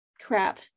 crap